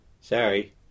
Sorry